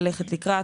ללכת לקראת.